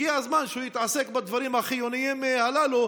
הגיע הזמן שהוא יתעסק בדברים החיוניים הללו,